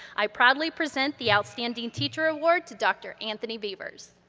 i proudly present the outstanding teacher award to dr. anthony beavers.